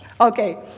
okay